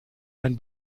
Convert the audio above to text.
ein